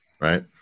right